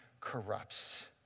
corrupts